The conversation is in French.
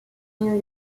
new